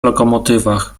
lokomotywach